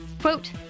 Quote